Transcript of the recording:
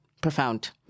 Profound